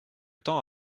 temps